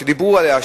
שדיברו עליה,